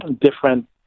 different